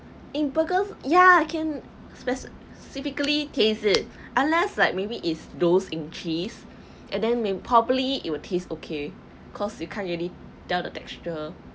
in burgers ya can specifically tastes it unless like maybe it's those in cheese and then may properly it will taste okay cause you can't really tell the texture